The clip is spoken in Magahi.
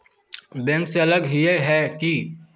बैंक से अलग हिये है की?